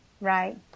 Right